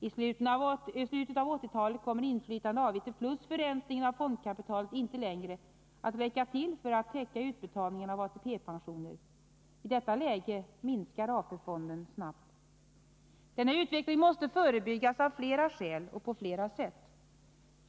I slutet av 1980-talet kommer inflytande avgifter plus förräntningen av fondkapitalet inte längre att räcka till för att täcka utbetalningarna av ATP-pensioner. I detta läge minskar AP-fonden snabbt. Denna utveckling måste förebyggas av flera skäl och på fler sätt.